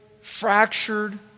fractured